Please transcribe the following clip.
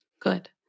Good